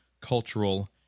cultural